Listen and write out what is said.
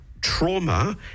trauma